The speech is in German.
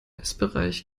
essbereich